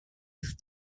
with